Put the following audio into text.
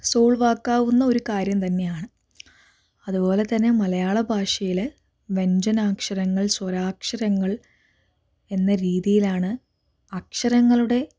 സോൾവാക്കാവുന്ന ഒരു കാര്യം തന്നെയാണ് അതുപോലെതന്നെ മലയാള ഭാഷയിലെ വ്യഞ്ജനാക്ഷരങ്ങൾ സ്വരാക്ഷരങ്ങൾ എന്ന രീതിയിലാണ് അക്ഷരങ്ങളുടെ